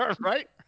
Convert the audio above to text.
Right